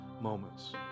moments